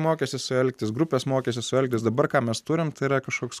mokėsi su juo elgtis grupės mokėsi su juo elgtis dabar ką mes turim tai yra kažkoks